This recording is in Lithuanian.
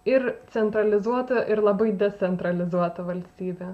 ir centralizuota ir labai decentralizuota valstybė